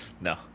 No